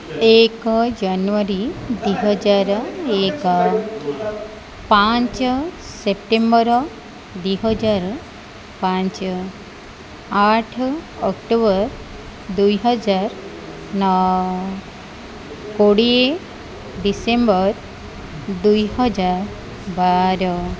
ଏକ ଜାନୁଆରୀ ଦୁଇ ହଜାର ଏକ ପାଞ୍ଚ ସେପ୍ଟେମ୍ବର୍ ଦୁଇ ହଜାର ପାଞ୍ଚ ଆଠ ଅକ୍ଟୋବର୍ ଦୁଇ ହଜାର ନଅ କୋଡ଼ିଏ ଡିସେମ୍ବର୍ ଦୁଇ ହଜାର ବାର